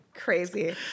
crazy